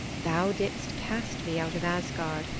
thou didst cast me out of asgard,